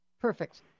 Perfect